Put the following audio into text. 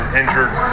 injured